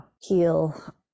heal